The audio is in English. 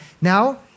Now